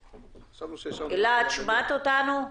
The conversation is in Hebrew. הילה, את שומעת אותנו?